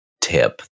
tip